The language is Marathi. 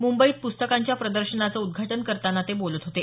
मुंबईत प्रस्तकांच्या प्रदर्शनाचं उद्घाटन करताना ते बोलत होते